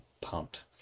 pumped